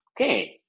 Okay